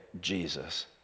Jesus